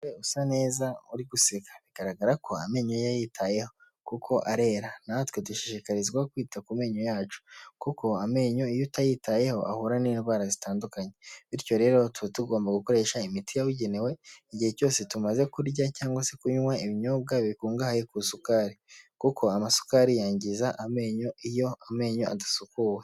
Umusore usa neza uri guseka. Bigaragara ko amenyo ye yitayeho kuko arera. Natwe dushishikarizwa kwita ku menyo yacu kuko amenyo iyo utayitayeho ahura n'indwara zitandukanye. Bityo rero tuba tugomba gukoresha imiti yabugenewe igihe cyose tumaze kurya cyangwa se kunywa ibinyobwa bikungahaye ku isukari. Kuko amasukari yangiza amenyo iyo amenyo adasukuwe.